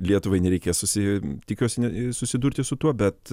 lietuvai nereikės susi tikiuosi ne susidurti su tuo bet